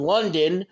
London